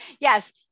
Yes